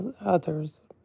others